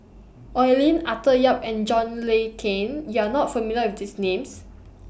Oi Lin Arthur Yap and John Le Cain YOU Are not familiar with These Names